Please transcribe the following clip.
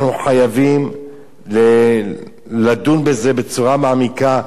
אנחנו חייבים לדון בזה בצורה מעמיקה.